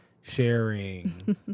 sharing